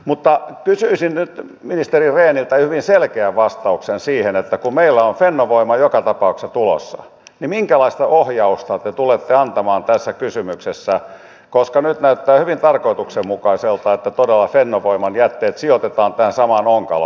mutta haluaisin nyt ministeri rehniltä hyvin selkeän vastauksen siihen kun meillä on fennovoima joka tapauksessa tulossa minkälaista ohjausta te tulette antamaan tässä kysymyksessä koska nyt näyttää hyvin tarkoituksenmukaiselta että todella fennovoiman jätteet sijoitetaan tähän samaan onkaloon